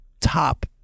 top